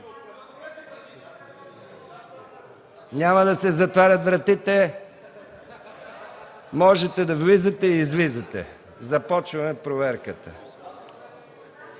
Няма да се затварят вратите, можете да влизате и излизате. Започваме проверката.